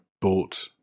bought